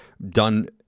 Done